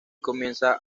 comienza